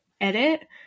edit